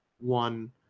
one